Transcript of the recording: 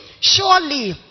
surely